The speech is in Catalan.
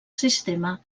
sistema